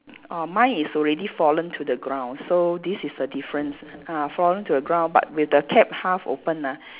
orh mine is already fallen to the ground so this is the difference ah fallen to the ground but with the cap half open ah